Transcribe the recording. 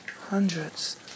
hundreds